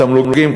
התמלוגים,